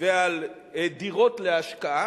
ועל דירות להשקעה,